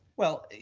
well,